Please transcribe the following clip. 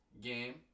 game